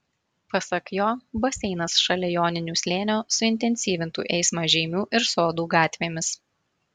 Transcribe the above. pasak jo baseinas šalia joninių slėnio suintensyvintų eismą žeimių ir sodų gatvėmis